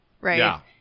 right